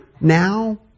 Now